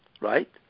right